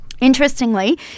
Interestingly